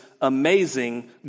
amazing